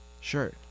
Sure